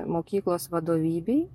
mokyklos vadovybei